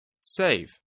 Save